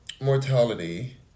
mortality